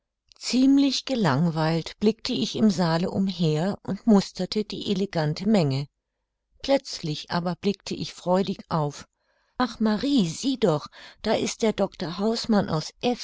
ziemlich gelangweilt blickte ich im saale umher und musterte die elegante menge plötzlich aber blickte ich freudig auf ach marie sieh doch da ist der dr hausmann aus